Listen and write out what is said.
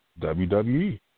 WWE